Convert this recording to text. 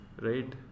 right